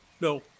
No